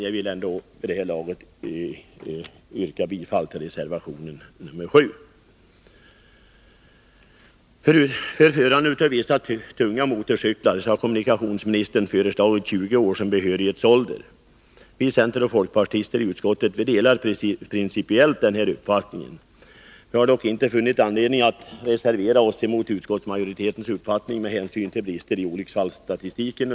Jag vill ändå nu yrka bifall till reservation I, För förande av vissa tunga motorcyklar har kommunikationsministern föreslagit 20 år som behörighetsålder. Vi centerpartister och folkpartister i utskottet delar principiellt denna uppfattning. Vi har dock inte funnit anledning att reservera oss mot utskottsmajoritetens uppfattning, med hänsyn till brister i olycksfallsstatistiken.